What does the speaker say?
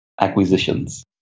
acquisitions